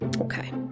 okay